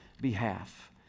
behalf